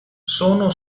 sono